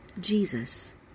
Jesus